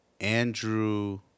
Andrew